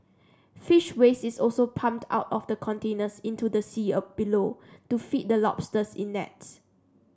fish waste is also pumped out of the containers into the sea below to feed the lobsters in nets